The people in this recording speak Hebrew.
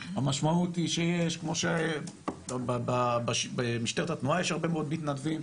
המשמעות היא שיש כמו שבמשטרת התנועה יש הרבה מאוד מתנדבים,